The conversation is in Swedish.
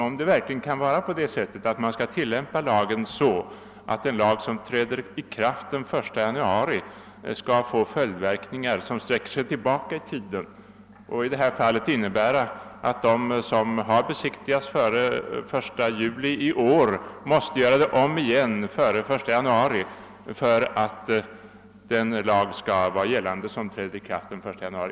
Skall en lag som träder i kraft den 1 januari 1971 tillämpas så att den får följdverkningar som sträcker sig tillbaka i tiden och i det här fallet innebär att ett fordon som har besiktigats före den 1 juli i år måste besiktigas på nytt före den 1 januari?